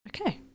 okay